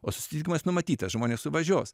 o susitikimas numatytas žmonės suvažiuos